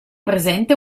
presente